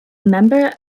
member